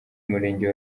umurenge